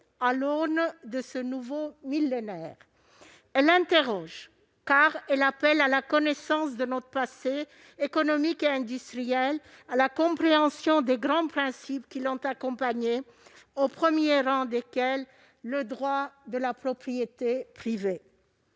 à l'aube de ce nouveau millénaire. Elle interroge, car elle appelle à la connaissance de notre passé économique et industriel, à la compréhension des grands principes qui l'ont accompagné, au premier rang desquels le droit de propriété privée.